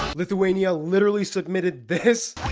lithuania literally submitted this